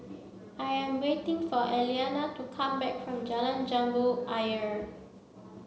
I am waiting for Eliana to come back from Jalan Jambu Ayer